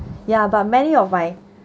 ya but many of my